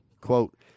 Quote